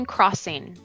Crossing